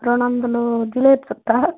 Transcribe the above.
రెండు వందలు జిలేబీ చుట్ట